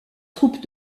troupes